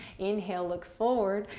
inhale, look forward,